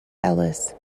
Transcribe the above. ellis